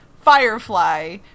Firefly